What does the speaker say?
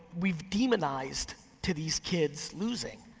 we've demonized, to these kids, losing.